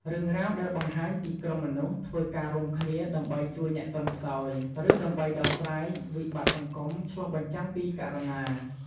រឿងរ៉ាវដែលបង្ហាញពីក្រុមមនុស្សធ្វើការរួមគ្នាដើម្បីជួយអ្នកទន់ខ្សោយ ឬដើម្បីដោះស្រាយវិបត្តិសង្គម ឆ្លុះបញ្ចាំងពីករុណា។